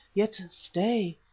yet stay.